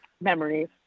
memories